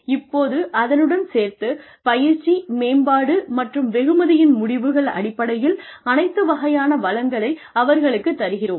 இப்போது அதனுடன் சேர்த்து பயிற்சி மேம்பாடு மற்றும் வெகுமதியின் முடிவுகள் அடிப்படையில் அனைத்து வகையான வளங்களை அவர்களுக்குத் தருகிறோம்